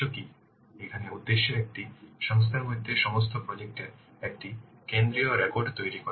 সুতরাং এখানে উদ্দেশ্য একটি সংস্থার মধ্যে সমস্ত প্রজেক্ট এর একটি কেন্দ্রীয় রেকর্ড তৈরি করা